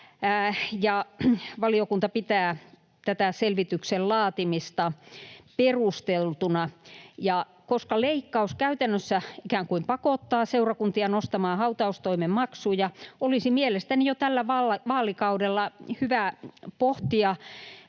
Valiokunta pitää tätä selvityksen laatimista perusteltuna. Koska leikkaus käytännössä ikään kuin pakottaa seurakuntia nostamaan hautaustoimen maksuja, olisi mielestäni jo tällä vaalikaudella hyvä pohtia,